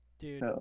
Dude